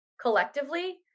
collectively